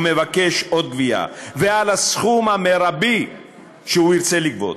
מבקש עוד גבייה ועל הסכום המרבי שהוא ירצה לגבות.